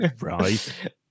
Right